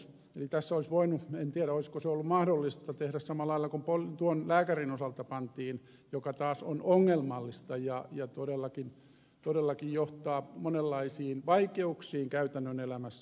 eli tässä olisi voinut en tiedä olisiko se ollut mahdollista tehdä samalla lailla kuin lääkärin osalta mikä taas on ongelmallista ja todellakin johtaa monenlaisiin vaikeuksiin käytännön elämässä